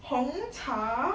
红茶